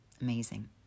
Amazing